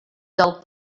del